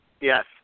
yes